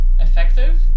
effective